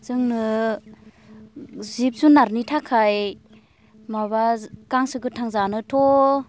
जोंनो जिब जुनरनि थाखाय माबा गांसो गोथां जानोथ'